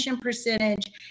percentage